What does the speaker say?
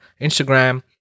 Instagram